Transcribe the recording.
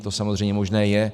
To samozřejmě možné je.